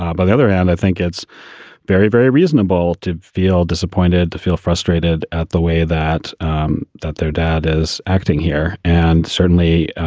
um but the other hand, i think it's very, very reasonable to feel disappointed, to feel frustrated at the way that um that their dad is acting here. and certainly,